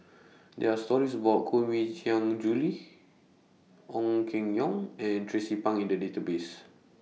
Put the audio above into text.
There Are stories about Koh Mui Hiang Julie Ong Keng Yong and Tracie Pang in The Database